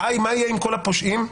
אבל יחד עם זאת, לא פחות חשוב,